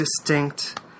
distinct